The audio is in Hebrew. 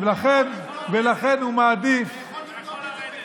לכן הוא מעדיף, אתה יכול לרדת.